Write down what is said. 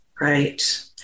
right